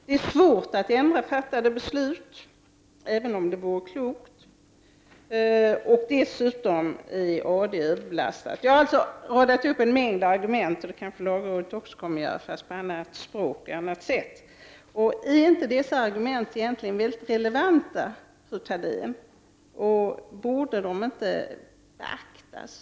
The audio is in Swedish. Det är svårt att ändra fattade beslut, även om det vore klokt att göra så. Dessutom är AD överbelastad. Jag har alltså radat upp en mängd argument, det kanske lagrådet också kommer att göra fastän med ett annat språk och på annat sätt. Är egentligen inte dessa argument mycket relevanta, fru Thalén, och borde de inte beaktas?